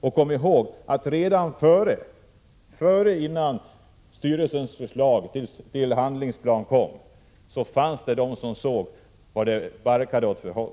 Och kom ihåg, att redan innan styrelsens förslag till handlingsplan kom fanns det de som såg vad det barkade åt för håll.